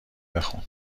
بخون